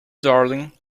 darling